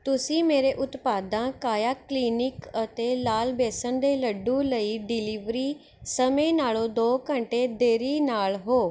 ਤੁਸੀਂ ਮੇਰੇ ਉਤਪਾਦਾਂ ਕਾਇਆ ਕਲੀਨਿਕ ਅਤੇ ਲਾਲ ਬੇਸਨ ਦੇ ਲੱਡੂ ਲਈ ਡਿਲੀਵਰੀ ਸਮੇਂ ਨਾਲੋਂ ਦੋ ਘੰਟੇ ਦੇਰੀ ਨਾਲ ਹੋ